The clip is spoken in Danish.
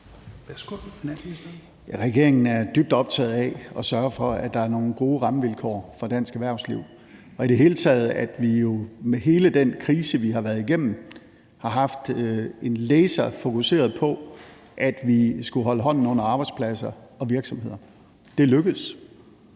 Regeringen er dybt optaget af at sørge for, at der er nogle gode rammevilkår for dansk erhvervsliv, og vi har jo i det hele taget med hele den krise, vi har været igennem, haft en laser fokuseret på, at vi skulle holde hånden under arbejdspladser og virksomheder, og det lykkedes.